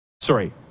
Sorry